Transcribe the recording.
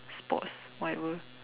sports whatever